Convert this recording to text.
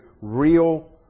real